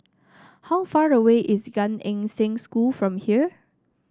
how far away is Gan Eng Seng School from here